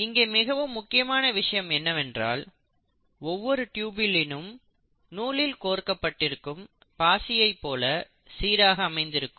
இங்கே மிகவும் முக்கியமான விஷயம் என்னவென்றால் ஒவ்வொரு டியுபுலினும் நூலில் கோர்க்கப்பட்டிருக்கும் பாசியை போல சீராக அமைந்து இருக்கும்